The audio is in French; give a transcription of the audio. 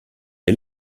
est